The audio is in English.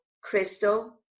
Crystal